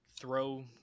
throw